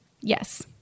Yes